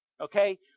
Okay